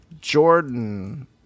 Jordan